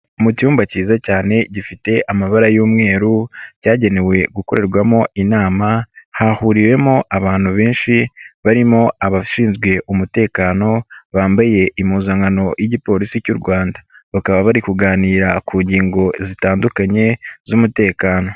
Mu cyumba cyiza cyane gifite amabara y'umweru, cyagenewe gukorerwamo inama, hahuriwemo abantu benshi, barimo abashinzwe umutekano, bambaye impuzankano y'igipolisi cy'u Rwanda, bakaba bari kuganira ku ngingo zitandukanye z'umutekano.